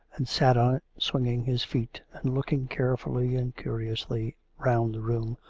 and sat on swinging his feet, and looking carefully and curiously round the room,